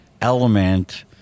element